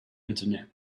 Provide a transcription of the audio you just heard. internet